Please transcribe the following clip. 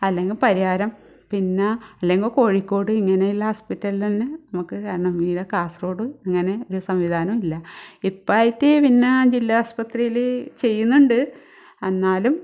അല്ലെങ്കിൽ പരിയാരം പിന്നെ അല്ലെങ്കിൽ കോഴിക്കോട് ഇങ്ങനെയുള്ള ഹോസ്പിറ്റൽ തന്നെ നമുക്ക് കയറണം നമുക്ക് കാസർഗോഡ് ഇങ്ങനെ ഒരു സംവിധാനം ഇല്ല ഇപ്പം ആയിട്ട് പിന്നെ ജില്ല ആസ്പത്രിയിൽ ചെയ്യുന്നുണ്ട് എന്നാലും